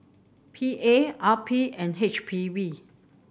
P A R P and H P B